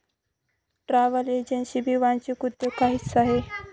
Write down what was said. travel agency भी वांशिक उद्योग ना हिस्सा शे